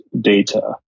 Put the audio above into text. data